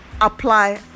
apply